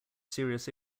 serious